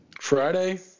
Friday